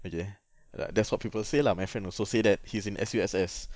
okay like that's what people say lah my friend also say that he's in S_U_S_S